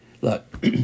look